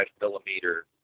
millimeter